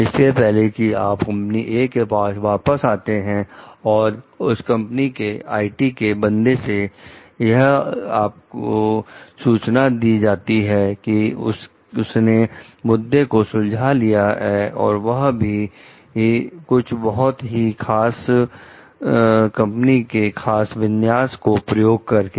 इससे पहले कि आप कंपनी "ए" के पास वापस आते हैं तो उस कंपनी के आईटी के बंदे ने यह आपको सूचना दी की उसने मुद्दे को सुलझा लिया है और वह भी कुछ बहुत ही खास कंपनी के खास विन्यास को प्रयोग करके